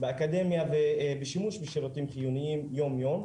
באקדמיה ובשימוש בשירותים חיוניים יום יום.